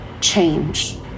change